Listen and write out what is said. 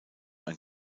ein